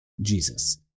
jesus